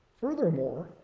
Furthermore